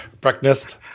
breakfast